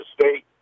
State